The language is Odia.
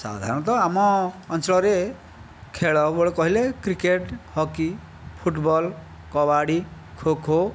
ସାଧାରଣତଃ ଆମ ଅଞ୍ଚଳରେ ଖେଳ କହିଲେ cricket hockey football kabaddi kho kho